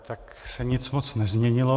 Tak se nic moc nezměnilo.